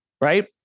right